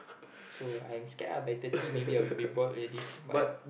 so I'm scared lah maybe by thirty I would be bald already but I